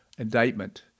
indictment